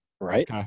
Right